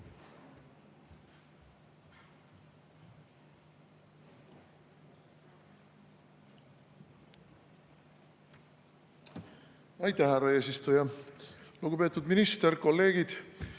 Aitäh, härra eesistuja! Lugupeetud minister! Kolleegid!